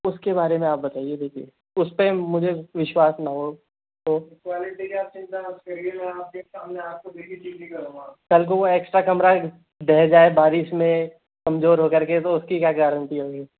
उसके बारे में आप बताइए देखिए उसपे मुझे विश्वास न हो तो कल को वो एक्स्ट्रा कमरा ढय जाए बारिश में कमज़ोर हो कर के तो उसकी क्या गारंटी होगी